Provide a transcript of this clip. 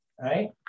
Right